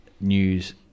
news